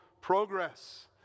progress